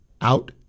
out